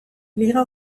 liga